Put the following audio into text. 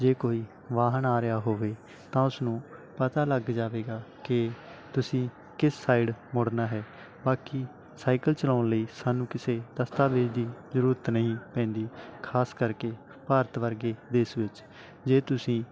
ਜੇ ਕੋਈ ਵਾਹਨ ਆ ਰਿਹਾ ਹੋਵੇ ਤਾਂ ਉਸਨੂੰ ਪਤਾ ਲੱਗ ਜਾਵੇਗਾ ਕਿ ਤੁਸੀਂ ਕਿਸ ਸਾਈਡ ਮੁੜਨਾ ਹੈ ਬਾਕੀ ਸਾਈਕਲ ਚਲਾਉਣ ਲਈ ਸਾਨੂੰ ਕਿਸੇ ਦਸਤਾਵੇਜ਼ ਦੀ ਜ਼ਰੂਰਤ ਨਹੀਂ ਪੈਂਦੀ ਖਾਸ ਕਰਕੇ ਭਾਰਤ ਵਰਗੇ ਦੇਸ਼ ਵਿੱਚ ਜੇ ਤੁਸੀਂ